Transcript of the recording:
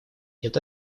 это